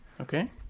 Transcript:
Okay